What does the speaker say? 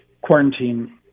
quarantine